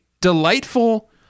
delightful